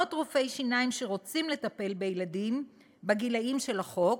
מאות רופאי שיניים שרוצים לטפל בילדים בגילים של החוק,